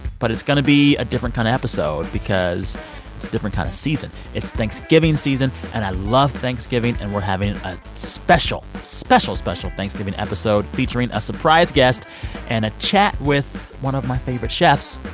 but it's going to be a different kind of episode because it's a different kind of season. it's thanksgiving season, and i love thanksgiving. and we're having a special, special, special thanksgiving episode featuring a surprise guest and a chat with one of my favorite chefs,